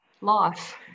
life